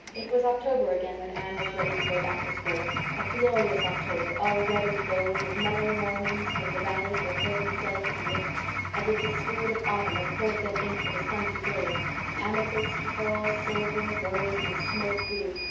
it was october again when anne was ready to go back to school a glorious october, all red and gold, with mellow mornings when the valleys were filled with delicate mists as if the spirit of autumn had poured them in for the sun to drain amethyst, pearl, silver, rose, and smoke-blue.